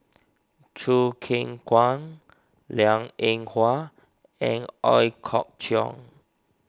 Choo Keng Kwang Liang Eng Hwa and Ooi Kok Chuen